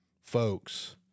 folks